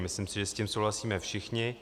Myslím si, že s tím souhlasíme všichni.